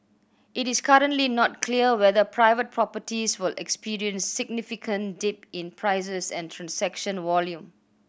it is currently not clear whether private properties will experience significant dip in prices and transaction volume